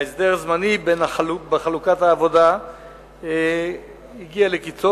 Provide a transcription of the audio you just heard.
ההסדר הזמני בחלוקת העבודה הגיע לקצו,